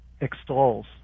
extols